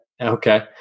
okay